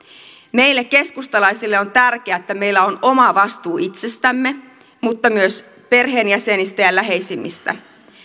meille keskustalaisille on tärkeää että meillä on oma vastuu itsestämme mutta myös perheenjäsenistä ja läheisimmistä